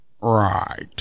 Right